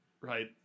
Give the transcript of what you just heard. right